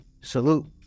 Salute